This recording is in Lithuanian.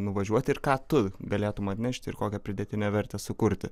nuvažiuoti ir ką tu galėtum atnešti ir kokią pridėtinę vertę sukurti